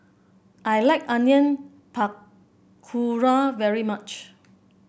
I like Onion Pakora very much